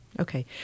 Okay